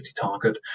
target